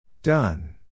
Done